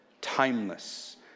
timeless